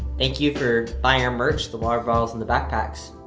thank you for buying our merch the water bottles and the backpacks.